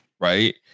right